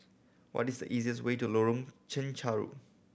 what is the easiest way to Lorong Chencharu